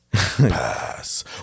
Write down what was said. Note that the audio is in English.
pass